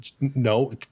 no